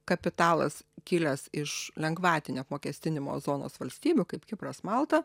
kapitalas kilęs iš lengvatinio apmokestinimo zonos valstybių kaip kipras malta